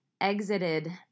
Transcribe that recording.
exited